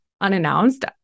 unannounced